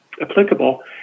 applicable